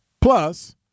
plus